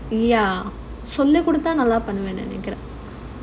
ya சொல்லிக்கொடுத்த நல்லா பண்ணிடுவேன்னு நெனைக்கிறேன்:soli kodutha nalla panniduvenu nenaikren